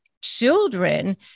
children